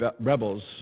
rebels